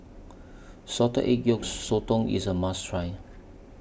Salted Egg Yolk Sotong IS A must Try